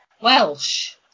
Welsh